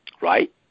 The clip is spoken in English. right